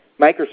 Microsoft